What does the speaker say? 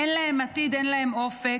אין להן עתיד, אין להן אופק,